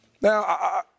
Now